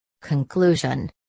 Conclusion